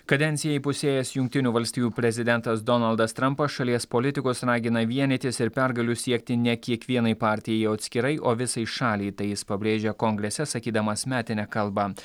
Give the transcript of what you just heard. kadenciją įpusėjęs jungtinių valstijų prezidentas donaldas trampas šalies politikus ragina vienytis ir pergalių siekti ne kiekvienai partijai atskirai o visai šaliai tai jis pabrėžia kongrese sakydamas metinę kalbą